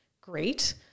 great